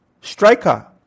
Striker